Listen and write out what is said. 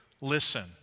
listen